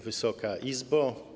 Wysoka Izbo!